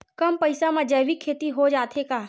कम पईसा मा जैविक खेती हो जाथे का?